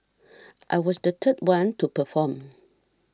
I was the third one to perform